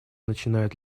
начинает